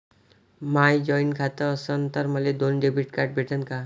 माय joint खातं असन तर मले दोन डेबिट कार्ड भेटन का?